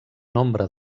nombre